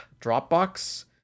Dropbox